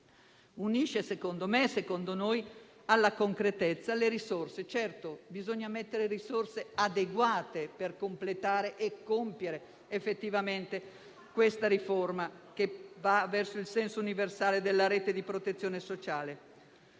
unisce, secondo noi, alla concretezza le risorse. Certo, bisogna mettere risorse adeguate per completare e compiere effettivamente questa riforma, che va verso il senso universale della rete di protezione sociale.